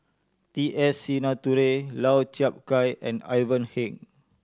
T S Sinnathuray Lau Chiap Khai and Ivan Heng